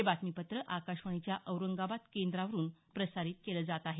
हे बातमीपत्र आकाशवाणीच्या औरंगाबाद केंद्रावरून प्रसारित केलं जात आहे